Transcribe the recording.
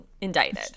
indicted